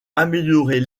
améliorer